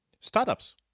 startups